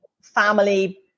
family